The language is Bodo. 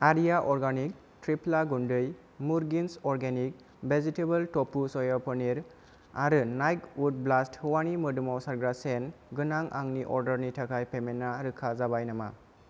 आर्या अर्गेनिक त्रिफला गुन्दै मुरगिन्स organic vegetable tofu soy paneer आरो नाइक उड ब्लास्ट हौवानि मोदोमाव सारग्रा सेन्टगोनां आंनि अर्डारनि थाखाय पेमेन्टा रोखा जाबाय नामा